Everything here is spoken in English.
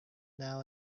now